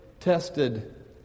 tested